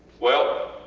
well,